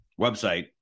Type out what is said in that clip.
website